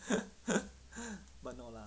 but no lah